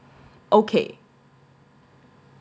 okay